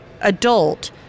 adult